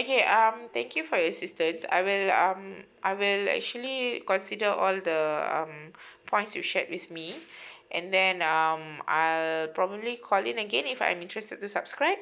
okay um thank you for your assistance I will um I will actually consider all the um points you shared with me and then um I probably call in again if I'm interested to subscribe